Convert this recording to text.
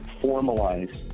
formalize